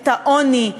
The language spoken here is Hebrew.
את העוני,